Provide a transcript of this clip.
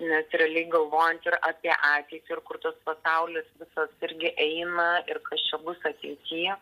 nes realiai galvojant ir apie ateitį ir kur tas pasaulis visas irgi eina ir kas čia bus ateity